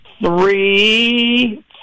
Three